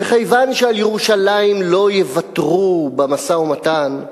וכיוון שעל ירושלים לא יוותרו במשא-ומתן,